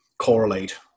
correlate